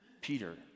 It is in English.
Peter